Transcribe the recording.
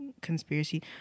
conspiracy